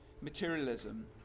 materialism